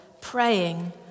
praying